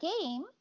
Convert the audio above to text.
game